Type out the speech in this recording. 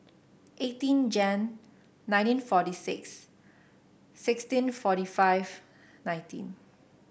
eighteen Jan nineteen forty six sixteen forty five nineteen